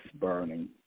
burning